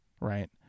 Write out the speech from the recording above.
right